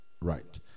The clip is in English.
right